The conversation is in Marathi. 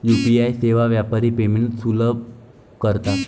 यू.पी.आई सेवा व्यापारी पेमेंट्स सुलभ करतात